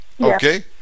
Okay